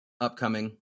upcoming